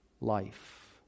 life